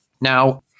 Now